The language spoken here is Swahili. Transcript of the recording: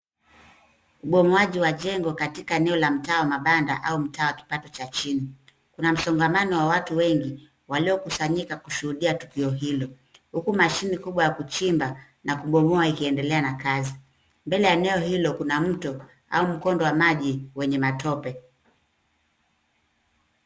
Ubomoaji wa jengo katika eneo la mtaa wa mabanda au mtaa wa kipato cha chini. Kuna msongamano wa watu wengi waliokusanyika kushuhudia tukio hilo. Huku mashine kubwa ya kuchimba na kubomoa ikiendelea na kazi. Mbele ya eneo hilo kuna mto au mkondo wa maji wenye matope.